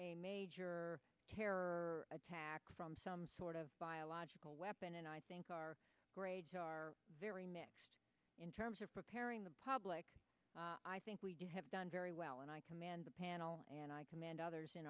a major terror attack from some sort of biological weapon and i think our grades are very mixed in terms of preparing the public i think we do have done very well and i commend the panel and i commend others in